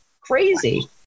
Crazy